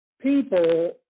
people